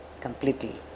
completely